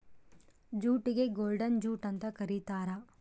ಜೂಟಿಗೆ golden jute ಅಂತ ಕರೀತಾರ